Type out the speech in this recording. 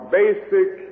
basic